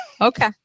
Okay